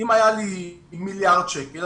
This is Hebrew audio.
אם היה לי מיליארד שקלים,